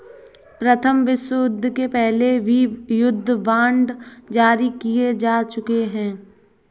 प्रथम विश्वयुद्ध के पहले भी युद्ध बांड जारी किए जा चुके हैं